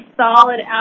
solid